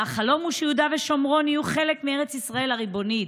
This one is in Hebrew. והחלום הוא שיהודה ושומרון יהיו חלק מארץ ישראל הריבונית."